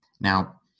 Now